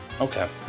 okay